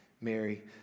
Mary